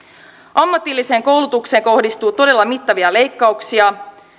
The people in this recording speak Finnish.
ammatilliseen koulutukseen kohdistuu todella mittavia leikkauksia